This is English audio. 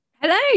Hello